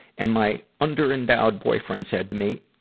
and my underendowed boyfriend said to me,